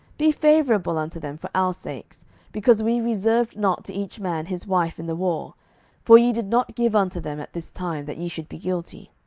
be favourable unto them for our sakes because we reserved not to each man his wife in the war for ye did not give unto them at this time, that ye should be guilty.